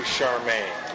Charmaine